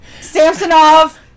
Samsonov